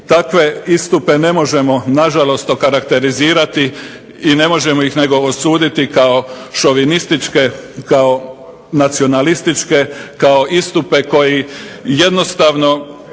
takve istupe ne možemo nažalost okarakterizirati i ne možemo ih nego osuditi kao šovinističke, kao nacionalističke, kao istupe koji jednostavno,